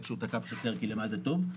לצערי,